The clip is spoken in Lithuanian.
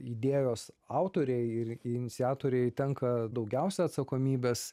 idėjos autorei ir iniciatorei tenka daugiausia atsakomybės